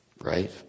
Right